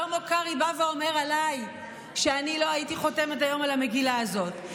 שלמה קרעי בא ואומר עליי שאני לא הייתי חותמת היום על המגילה הזאת,